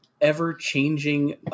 Ever-changing